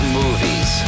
movies